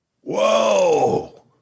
Whoa